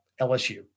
LSU